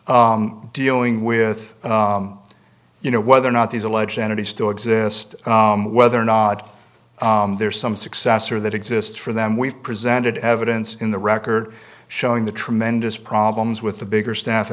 dealing with you know whether or not these alleged entities still exist whether or not there's some successor that exists for them we've presented evidence in the record showing the tremendous problems with the bigger staff